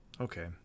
okay